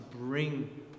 bring